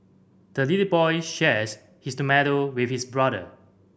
the little boy shares his tomato with his brother